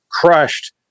crushed